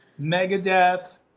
Megadeth